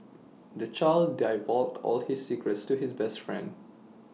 the child divulged all his secrets to his best friend